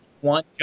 One